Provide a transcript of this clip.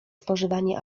spożywanie